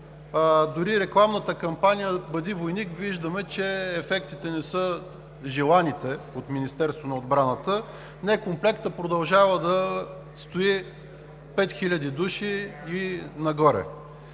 дори рекламната кампания „Бъди войник“ – виждаме, че ефектите не са желаните от Министерството на отбраната. Некомплектът продължава да стои – пет хиляди души и нагоре.